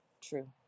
true